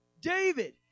David